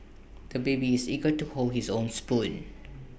the baby is eager to hold his own spoon